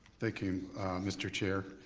thank you mr. chair.